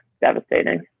devastating